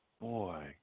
boy